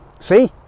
see